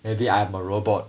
maybe I'm a robot